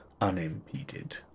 unimpeded